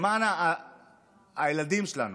למען הילדים שלנו.